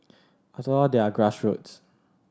after all they are grassroots